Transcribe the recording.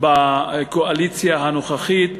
בקואליציה הנוכחית.